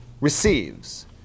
receives